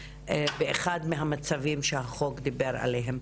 באחד מן המצבים הללו שעליהם דיבר החוק.